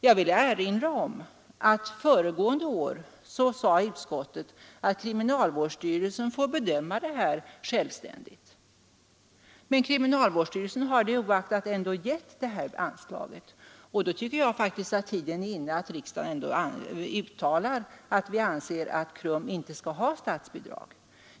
Jag vill erinra om att utskottet föregående år sade att kriminalvårdsstyrelsen får bedöma detta självständigt men att kriminalvårdsstyrelsen det oaktat ändå har beviljat detta anslag. Därför tycker jag faktiskt att tiden är inne att riksdagen uttalar som sin mening, att KRUM inte skall ha statsbidrag.